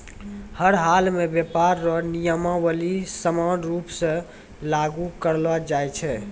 हर हालमे व्यापार रो नियमावली समान रूप से लागू करलो जाय छै